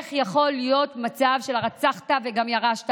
איך יכול להיות מצב של "נרצחת וגם ירשת"?